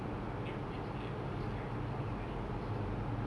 ya the were plants like a filter filtering the system